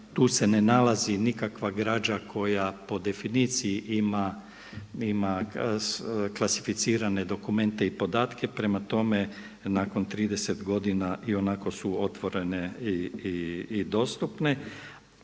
tu se ne nalazi nikakva građa koja po definiciji ima klasificirane dokumente i podatke, prema tome nakon 30 godina i onako su otvorene i dostupne.